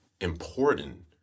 important